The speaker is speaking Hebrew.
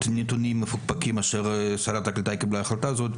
נתונים מפוקפקים אשר גרמו לשרת הקליטה לקבל את ההחלטה הזאת,